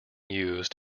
used